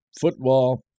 Football